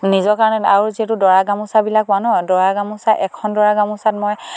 নিজৰ কাৰণে আৰু যিহেতু দৰা গামোচাবিলাক পোৱা ন দৰা গামোচা এখন দৰা গামোচাত মই